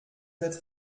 être